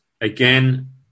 again